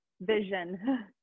vision